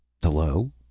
Hello